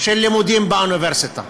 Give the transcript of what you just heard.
של לימודים באוניברסיטה,